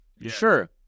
sure